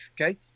Okay